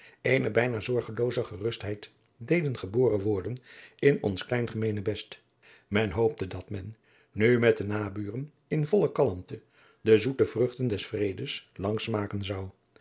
eene bijna zorgelooze gerustheid deden geboren worden in ons klein gemeenebest men hoopte dat men nu met de naburen in volle kalmte de zoete vruchten des vredes lang smaken zou